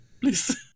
please